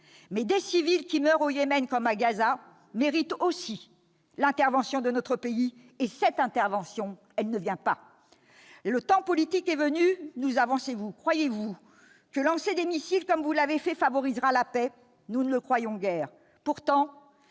Mais les civils qui meurent au Yémen ou à Gaza méritent aussi l'intervention de notre pays, et cette intervention se fait attendre ! Le temps politique est venu, avancez-vous. Croyez-vous que lancer des missiles, comme vous l'avez fait, favorisera la paix ? Nous ne le croyons guère